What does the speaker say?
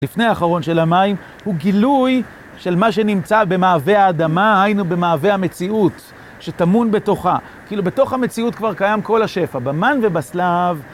לפני האחרון של המים, הוא גילוי של מה שנמצא במעבה האדמה, היינו במעבה המציאות, שטמון בתוכה. כאילו, בתוך המציאות כבר קיים כל השפע, במן ובשליו.